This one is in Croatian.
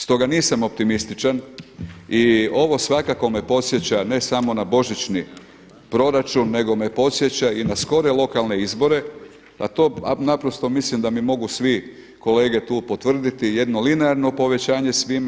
Stoga nisam optimističan i ovo svakako me podsjeća ne samo na božićni proračun, nego me podsjeća i na skore lokalne izbore, a to naprosto mislim da mi mogu svi kolege tu potvrditi jedno linearno povećanje svima.